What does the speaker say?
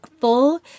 full